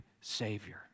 savior